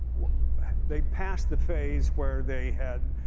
but they passed the phase where they had